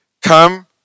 Come